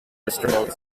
restraint